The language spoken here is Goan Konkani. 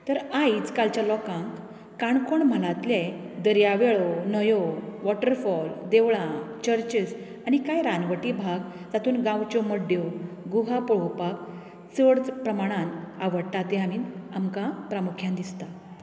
तर आयज कालच्या लोकांक काणकोण म्हालांतले दर्यावेळो न्हंयो वॉटरफॉल देवळां चर्चीस आनी कांय रानवटी भाग तातूंत गांवच्यो मड्ड्यो गुहा पळोवपाक चड प्रमाणांत आवडटा तें आमी आमकां प्रमुख्यान दिसता